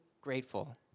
grateful